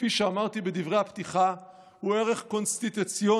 כפי שאמרתי בדברי הפתיחה, הוא ערך קונסטיטוציוני,